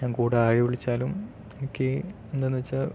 ഞാൻ കൂടെ ആര് വിളിച്ചാലും എനിക്ക് എന്താന്ന് വെച്ചാൽ